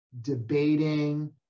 debating